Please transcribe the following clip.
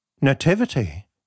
Nativity